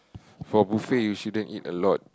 for buffet you shouldn't eat a lot